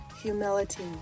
humility